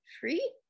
free